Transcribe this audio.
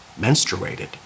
menstruated